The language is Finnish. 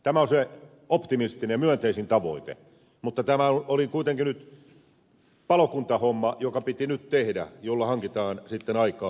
tämä on se optimistinen ja myönteisin tavoite mutta tämä oli kuitenkin palokuntahomma joka piti nyt tehdä ja jolla hankitaan sitten aikaa